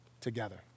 together